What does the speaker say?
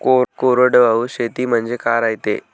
कोरडवाहू शेती म्हनजे का रायते?